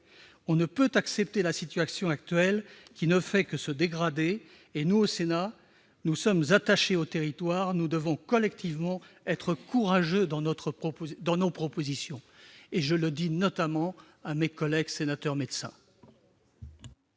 On ne peut plus accepter la situation actuelle, qui ne fait que se dégrader. Au Sénat, nous sommes attachés aux territoires et devons collectivement être courageux dans nos propositions. Je le dis notamment à mes collègues qui sont sénateurs et médecins.